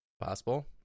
possible